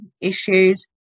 issues